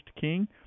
king